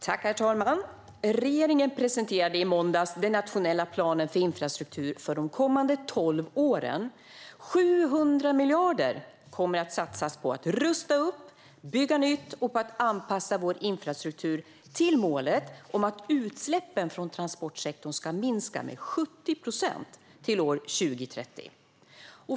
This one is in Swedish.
Herr talman! Regeringen presenterade i måndags den nationella planen för infrastruktur för de kommande tolv åren. 700 miljarder kommer att satsas på att rusta upp, bygga nytt och anpassa vår infrastruktur till målet om att utsläppen från transportsektorn ska minska med 70 procent till år 2030.